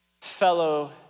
fellow